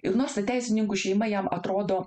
ir nors ta teisininkų šeima jam atrodo